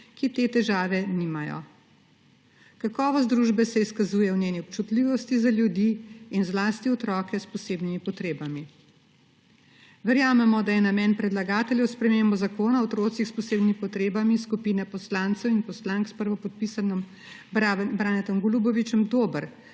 ki te težave nimajo. Kakovost družbe se izkazuje v njeni občutljivosti za ljudi in zlasti otroke s posebnimi potrebami. Verjamemo, da je namen predlagateljev spremembe zakona o otrocih s posebnimi potrebami skupine poslank in poslancev s prvopodpisanim Branetom Golubovićem dober.